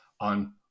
on